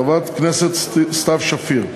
חברת הכנסת סתיו שפיר,